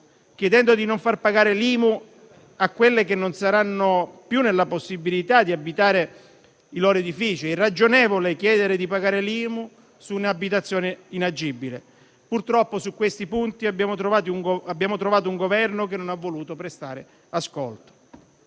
chiedendo di non far pagare l'Imu a quelle che non saranno più nella possibilità di abitare i loro edifici. È irragionevole chiedere di pagare l'Imu su un'abitazione inagibile. Purtroppo, su questi punti abbiamo trovato un Governo che non ha voluto prestare ascolto.